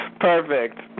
Perfect